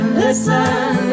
listen